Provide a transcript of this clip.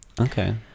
Okay